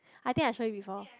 I think I show you before